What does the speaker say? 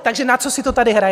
Takže na co si to tady hrajete?